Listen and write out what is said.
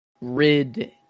rid